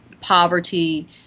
poverty